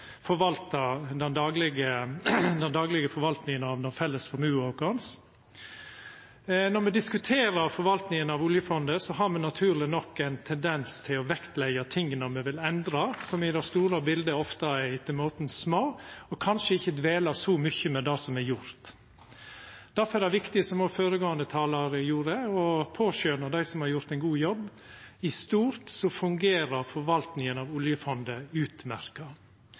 forvalta den felles formuen vår. Når me diskuterer forvaltinga av oljefondet, har me naturleg nok ein tendens til å vektleggja det me vil endra, som i det store bildet ofte er etter måten lite, og kanskje ikkje dvela så mykje ved det som er gjort. Difor er det viktig, som òg føregåande talar gjorde, å påskjøna dei som har gjort ein god jobb. I stort fungerer forvaltinga av oljefondet